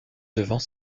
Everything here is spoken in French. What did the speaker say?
devant